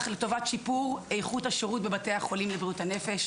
לטובת שיפור איכות השירות בבתי החולים לבריאות הנפש.